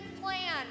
plan